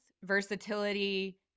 versatility